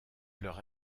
leur